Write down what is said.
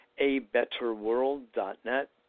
abetterworld.net